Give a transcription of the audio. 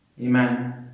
Amen